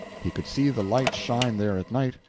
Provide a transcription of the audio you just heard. he could see the lights shine there at night,